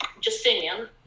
Justinian